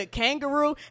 kangaroo